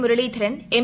Muraleedharan M